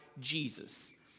Jesus